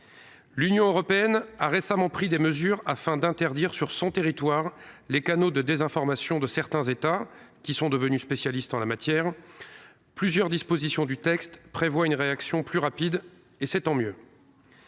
L’Union européenne a récemment pris des mesures afin d’interdire, sur son territoire, les canaux de désinformation de certains États, qui sont devenus spécialistes en la matière. Plusieurs dispositions du texte prévoient une réaction plus rapide, et c’est tant mieux.